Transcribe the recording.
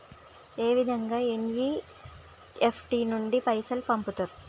ఏ విధంగా ఎన్.ఇ.ఎఫ్.టి నుండి పైసలు పంపుతరు?